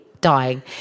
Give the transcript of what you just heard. dying